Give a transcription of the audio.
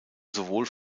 sowohl